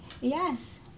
Yes